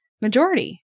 majority